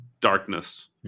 darkness